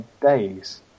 days